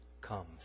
comes